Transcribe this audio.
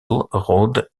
rhodes